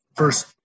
First